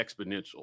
exponential